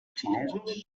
xinesos